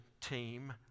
team